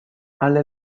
alle